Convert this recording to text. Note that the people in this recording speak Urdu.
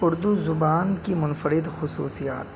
اردو زبان کی منفرد خصوصیات